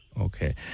okay